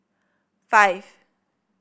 five